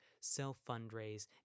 self-fundraise